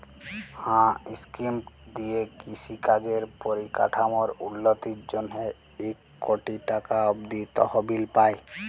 হাঁ ইস্কিমট দিঁয়ে কিষি কাজের পরিকাঠামোর উল্ল্যতির জ্যনহে ইক কটি টাকা অব্দি তহবিল পায়